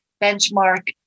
benchmark